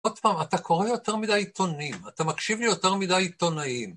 עוד פעם, אתה קורא יותר מדי עיתונים, אתה מקשיב ליותר מדי עיתונאים.